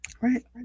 Right